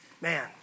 Man